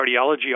cardiology